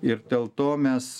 ir dėl to mes